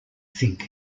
think